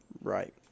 Right